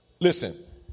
Listen